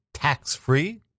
Tax-free